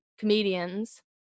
Comedians